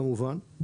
כמובן,